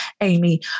Amy